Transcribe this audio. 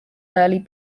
early